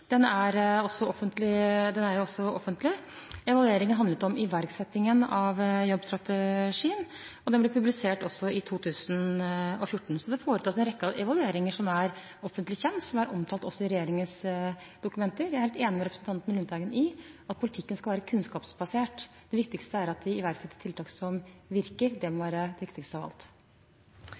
Den er også offentlig. Evalueringen handlet om iverksettingen av jobbstrategien, og den ble publisert også i 2014. Så det foretas en rekke evalueringer som er offentlig kjent, og som er omtalt i regjeringens dokumenter. Jeg er helt enig med representanten Lundteigen i at politikken skal være kunnskapsbasert. Det viktigste er at vi iverksetter tiltak som virker. Det må være det viktigste av alt.